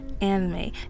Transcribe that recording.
anime